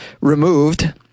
removed